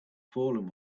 fallen